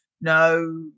no